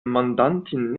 mandantin